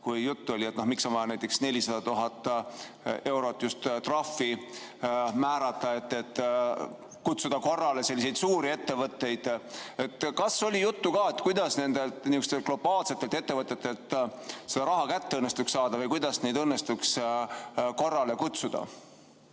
oli juttu, miks on vaja näiteks 400 000 eurot trahvi määrata, et kutsuda korrale selliseid suuri ettevõtteid, kas oli juttu ka, et kuidas nendelt globaalsetelt ettevõtetelt seda raha kätte õnnestuks saada või kuidas neid õnnestuks korrale kutsuda?